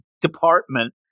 department